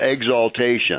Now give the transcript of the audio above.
exaltation